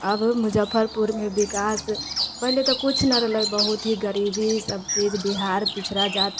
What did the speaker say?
आब मुजफ्फरपुर मे विकास पहिले तऽ कुछ नहि रहलै बहुत ही गरीबी सभ चीज बिहार पिछड़ा जात